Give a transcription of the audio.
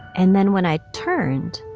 and then when i turned,